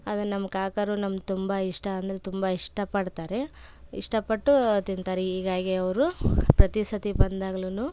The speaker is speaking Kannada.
ಅದನ್ನು ನಮ್ಮ ಕಾಕವ್ರು ನಮ್ಗೆ ತುಂಬ ಇಷ್ಟ ಅಂದರೆ ತುಂಬ ಇಷ್ಟಪಡ್ತಾರೆ ಇಷ್ಟಪಟ್ಟು ತಿಂತಾರೆ ಹೀಗಾಗಿ ಅವರು ಪ್ರತಿ ಸರ್ತಿ ಬಂದಾಗ್ಲು